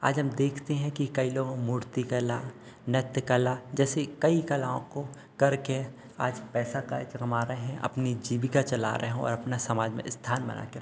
आज हम देखते हैं कि कई लोग मूर्तिकला नृत्यकला जैसे कई कलाओं को करके आज पैसा कमा रहे हैं अपनी ज़ीविका चला रहे हैं और अपना समाज में अस्थान बनाकर रखे हैं